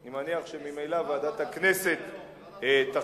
אני מניח שממילא ועדת הכנסת תכריע,